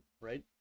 right